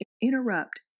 interrupt